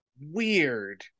weird